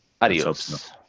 Adios